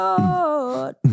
Lord